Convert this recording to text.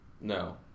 No